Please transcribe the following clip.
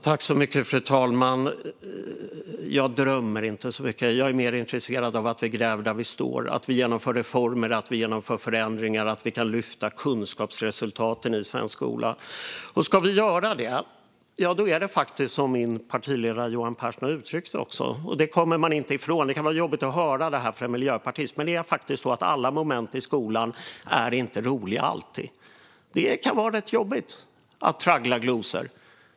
Fru talman! Jag drömmer inte så mycket. Jag är mer intresserad av att vi gräver där vi står, att vi genomför reformer, att vi genomför förändringar och att vi kan lyfta kunskapsresultaten i svensk skola. Om vi ska göra det är det faktiskt som min partiledare Johan Pehrson har uttryckt det. Det kommer man inte ifrån. Det kan vara jobbigt för en miljöpartist att höra detta. Men det är faktiskt så att alla moment i skolan inte alltid är roliga. Det kan vara rätt jobbigt att traggla glosor.